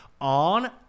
on